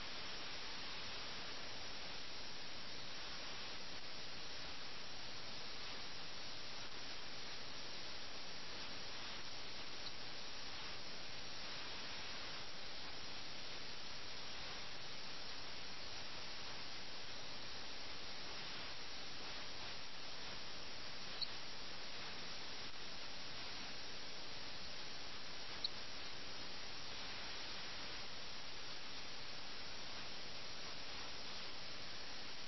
ഈ നിർദ്ദിഷ്ട കഥയിൽ പ്രേംചന്ദിന്റെ ഭാവന പ്രകാരം ലഖ്നൌവിലെ സമൂഹത്തിന്റെ അടിസ്ഥാന പ്രശ്നമാണ് സാമൂഹിക ഉത്തരവാദിത്തത്തിന്റെ ഈ നിരാകരണം